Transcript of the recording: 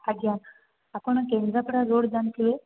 ଆଜ୍ଞା ଆପଣ କେନ୍ଦ୍ରାପଡ଼ା ରୋଡ଼୍ ଜାଣିଥିବେ